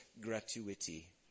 gratuity